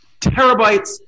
terabytes